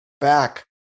back